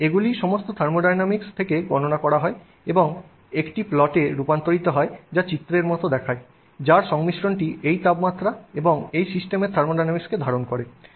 এবং এগুলি সমস্তই থার্মোডিনামিকস থেকে গণনা করা হয় এবং একটি প্লটে রূপান্তরিত হয় যা চিত্রের মতো দেখায় যার সংমিশ্রণটি এই তাপমাত্রা এবং এটি সিস্টেমের থার্মোডিনামিক্সকে ধারণ করে